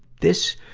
this,